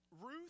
Ruth